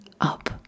Up